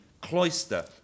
cloister